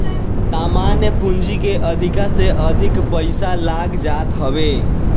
सामान्य पूंजी के अधिका से अधिक पईसा लाग जात हवे